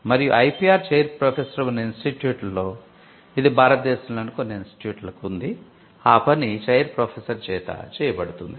మరియు IPR chair professor ఉన్న ఇన్స్టిట్యూట్లలో ఇది భారతదేశంలోని కొన్ని ఇన్స్టిట్యూట్లకు ఉంది ఆ పని చైర్ ప్రొఫెసర్ చేత చేయబడుతుంది